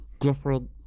different